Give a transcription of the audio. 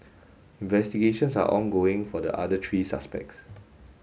investigations are ongoing for the other three suspects